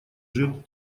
жил